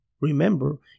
Remember